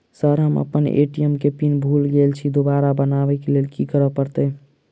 Sir हम अप्पन ATM केँ पिन भूल गेल छी दोबारा बनाब लैल की करऽ परतै?